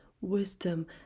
wisdom